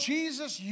Jesus